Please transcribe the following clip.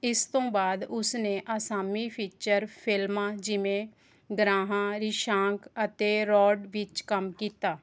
ਇਸ ਤੋਂ ਬਾਅਦ ਉਸਨੇ ਅਸਾਮੀ ਫੀਚਰ ਫਿਲਮਾਂ ਜਿਵੇਂ ਗਰਾਹਾਂ ਰਿਸ਼ਾਂਗ ਅਤੇ ਰੌਡ ਵਿੱਚ ਕੰਮ ਕੀਤਾ